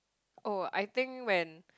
oh I think when